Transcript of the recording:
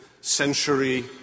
century